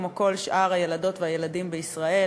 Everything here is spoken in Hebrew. כמו כל שאר הילדות והילדים בישראל,